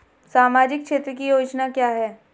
सामाजिक क्षेत्र की योजना क्या है?